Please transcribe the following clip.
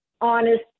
honest